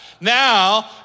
Now